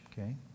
okay